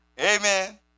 Amen